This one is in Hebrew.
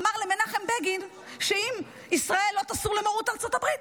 אמר למנחם בגין שאם ישראל לא תסור למרות ארצות הברית,